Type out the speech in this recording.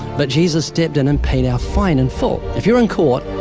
but jesus stepped in and paid our fine in full. if you're in court,